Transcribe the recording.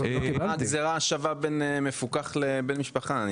מה הגזרה השווה בין מפוקח לבין משפחה?